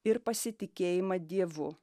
ir pasitikėjimą dievu